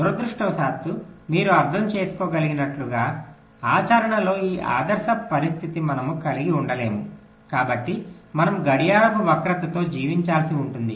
దురదృష్టవశాత్తు మీరు అర్థం చేసుకోగలిగినట్లుగా ఆచరణలో ఈ ఆదర్శ పరిస్థితిని మనము కలిగి ఉండలేము కాబట్టి మనము గడియారపు వక్రతతో జీవించాల్సి ఉంటుంది